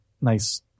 nice